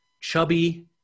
Chubby